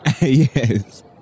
Yes